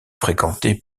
fréquenté